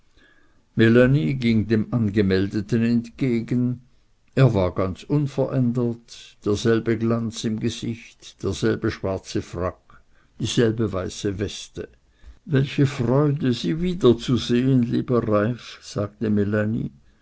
ging dem angemeldeten entgegen er war ganz unverändert derselbe glanz im gesicht derselbe schwarze frack dieselbe weiße weste welche freude sie wiederzusehen lieber reiff sagte